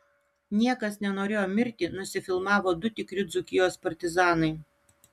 niekas nenorėjo mirti nusifilmavo du tikri dzūkijos partizanai